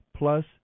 plus